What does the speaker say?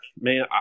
man